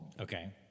Okay